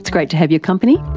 great to have you company,